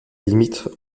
limite